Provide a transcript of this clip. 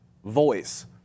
Voice